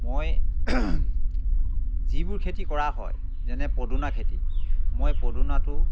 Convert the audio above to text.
মই যিবোৰ খেতি কৰা হয় যেনে পদিনা খেতি মই পদিনাটো